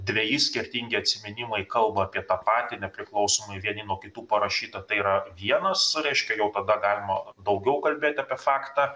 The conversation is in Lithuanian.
dveji skirtingi atsiminimai kalba apie tą patį nepriklausomai vieni nuo kitų parašyta tai yra vienas reiškia jau tada galima daugiau kalbėti apie faktą